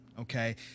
okay